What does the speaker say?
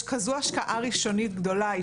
יש כזו השקעה ראשונית גדולה.